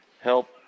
help